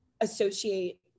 associate